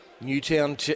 Newtown